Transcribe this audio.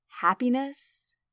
happiness